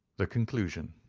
the conclusion.